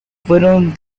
fueron